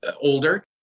older